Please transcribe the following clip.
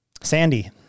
Sandy